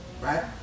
Right